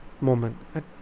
moment